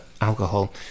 alcohol